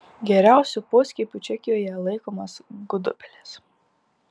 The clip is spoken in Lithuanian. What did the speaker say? geriausiu poskiepiu čekijoje laikomos gudobelės